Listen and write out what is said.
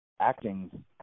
acting